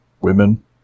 women